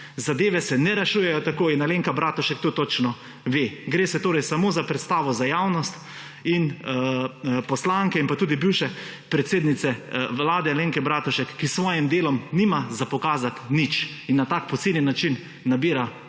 Zadeve se ne rešujejo tako in Alenka Bratušek to točno ve. Gre se torej samo za predstavo za javnost in poslanske in pa tudi bivše predsednike vlade Alenke Bratušek, ki s svojim delom nima za pokazati nič. In na tak posiljen način nabira politične